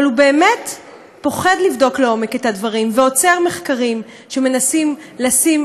אבל הוא באמת פוחד לבדוק לעומק את הדברים ועוצר מחקרים שמנסים לשים